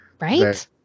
right